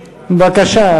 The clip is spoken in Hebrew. בבקשה,